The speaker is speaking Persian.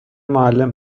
معلم